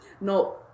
no